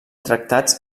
tractats